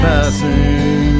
Passing